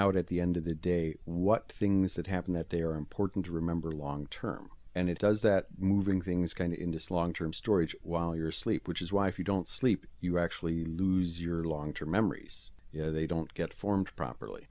out at the end of the day what things that happen that they are important to remember long term and it does that moving things kind indus long term storage while you're sleep which is why if you don't sleep you actually lose your long term memories you know they don't get formed properly